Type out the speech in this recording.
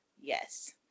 yes